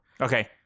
Okay